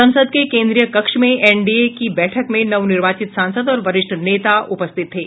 संसद के केन्द्रीय कक्ष में एनडी ए की बैठक में नव निर्वाचित सासंद और वरिष्ठ नेता उपस्थित थे